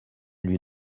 lui